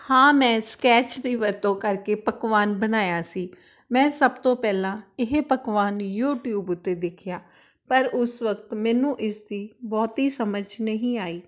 ਹਾਂ ਮੈਂ ਸਕੈਚ ਦੀ ਵਰਤੋਂ ਕਰਕੇ ਪਕਵਾਨ ਬਣਾਇਆ ਸੀ ਮੈਂ ਸਭ ਤੋਂ ਪਹਿਲਾਂ ਇਹ ਪਕਵਾਨ ਯੂਟਿਊਬ ਉੱਤੇ ਦੇਖਿਆ ਪਰ ਉਸ ਵਕਤ ਮੈਨੂੰ ਇਸ ਦੀ ਬਹੁਤੀ ਸਮਝ ਨਹੀਂ ਆਈ